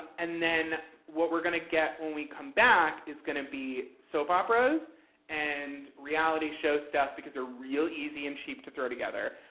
and then what we're going to get when we come back is going to be soap operas and reality show stuff, because they're real easy and cheap to throw together.